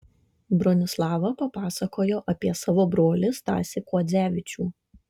bronislava papasakojo apie savo brolį stasį kuodzevičių